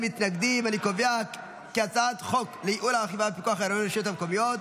חוק לייעול האכיפה והפיקוח העירוני ברשויות המקומיות